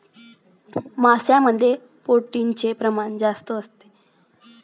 मांसामध्ये प्रोटीनचे प्रमाण जास्त असते